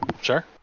Sure